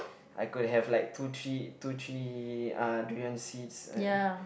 I could have like two three two three uh durian seeds